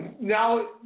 Now